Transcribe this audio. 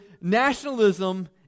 nationalism